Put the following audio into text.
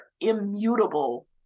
immutable